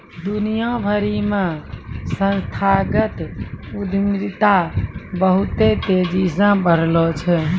दुनिया भरि मे संस्थागत उद्यमिता बहुते तेजी से बढ़लो छै